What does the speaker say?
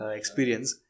experience